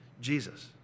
Jesus